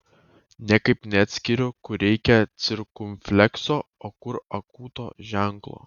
niekaip neatskiriu kur reikia cirkumflekso o kur akūto ženklo